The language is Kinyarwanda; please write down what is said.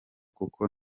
kuko